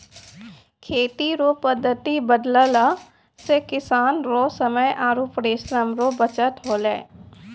खेती रो पद्धति बदलला से किसान रो समय आरु परिश्रम रो बचत होलै